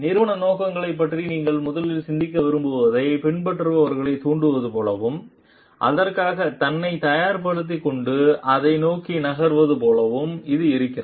நிறுவன நோக்கங்களைப் பற்றி நீங்கள் முதலில் சிந்திக்க விரும்புவதைப் பின்பற்றுபவர்களைத் தூண்டுவது போலவும் அதற்காகத் தன்னைத் தயார்படுத்திக் கொண்டு அதை நோக்கி நகர்வது போலவும் இது இருக்கிறது